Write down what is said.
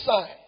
sign